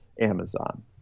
Amazon